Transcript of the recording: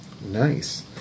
Nice